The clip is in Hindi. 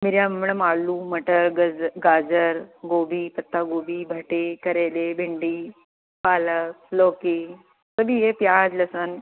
मेरे यहाँ मैडम आलू मटर गज़ गाजर गोभी पत्ता गोभी भटे करेले भिंडी पालक लौकी सभी है प्याज लहसुन